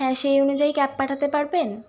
হ্যাঁ সেই অনুযায়ী ক্যাব পাঠাতে পারবেন